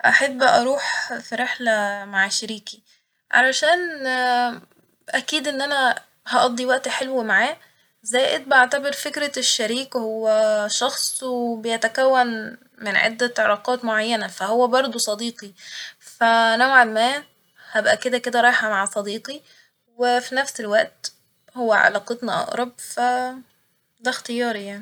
أحب أروح في رحلة مع شريكي ، علشان أكيد إن أنا هقضي وقت حلو معاه زائد بعتبر فكرة الشريك هو شخص وبيتكون من عدة علاقات معينة فهو برضه صديقي ف نوعا ما هبقى كده كده رايحة مع صديقي و في نفس الوقت هو علاقتنا أقرب ف ده اختياري يعني